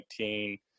2019